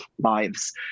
lives